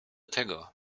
tego